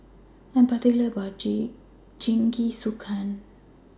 I Am particular about My Jingisukan